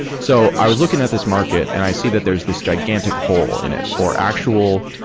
so i was looking at this market and i see that there's this gigantic hole in it for actual,